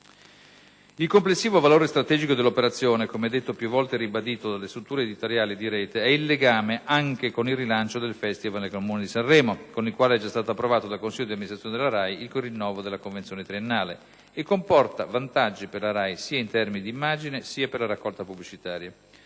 Il complessivo valore strategico dell'operazione - come detto, più volte ribadito dalle strutture editoriali e di rete - è il legame anche con il rilancio del Festival nel Comune di Sanremo (con il quale è già stato approvato dal Consiglio di amministrazione della RAI il rinnovo della convenzione triennale) e comporta vantaggi per la RAI sia in termini di immagine, sia per la raccolta pubblicitaria.